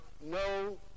no